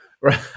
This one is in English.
Right